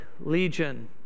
Legion